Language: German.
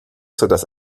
sodass